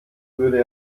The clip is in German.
würde